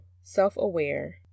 self-aware